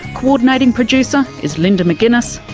co-ordinating producer is linda mcginness.